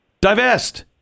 divest